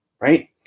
Right